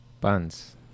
Buns